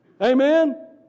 Amen